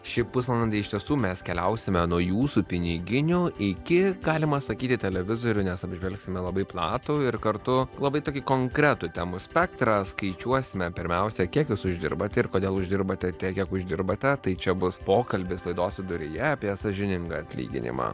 šį pusvalandį iš tiesų mes keliausime nuo jūsų piniginių iki galima sakyti televizorių nes apžvelgsime labai platų ir kartu labai tokį konkretų temų spektrą skaičiuosime pirmiausia kiek jūs uždirbate ir kodėl uždirbate tiek kiek uždirbate tai čia bus pokalbis laidos viduryje apie sąžiningą atlyginimą